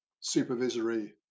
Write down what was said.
supervisory